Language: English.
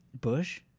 Bush